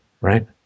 right